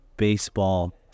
baseball